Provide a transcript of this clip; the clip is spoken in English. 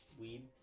Weed